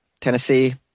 Tennessee